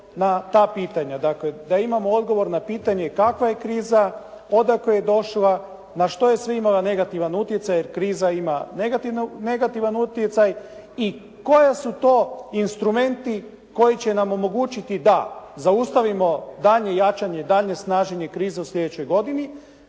na ta pitanja. Dakle da imamo odgovor na pitanje kakva je kriza, odakle je došla, na što je sve imala negativan utjecaj jer kriza ima negativan utjecaj i koje su to instrumenti koji će nam omogućiti da zaustavimo daljnje jačanje, daljnje snaženje krize u sljedećoj godini